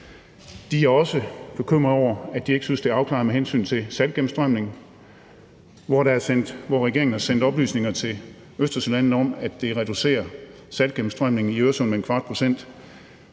De er også bekymret over, at de ikke synes, det er afklaret med hensyn til saltgennemstrømning, og at regeringen har sendt oplysninger til østersølandene om, at det reducerer saltgennemstrømningen i Øresund med 0,25 procent.